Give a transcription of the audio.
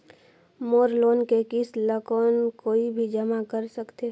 मोर loan के किस्त ल कौन कोई भी जमा कर सकथे?